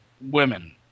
women